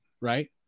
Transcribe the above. right